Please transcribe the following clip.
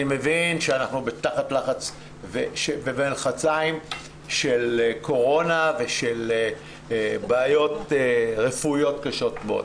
אני מבין שאנחנו במלחציים של קורונה ושל בעיות רפואיות קשות מאוד.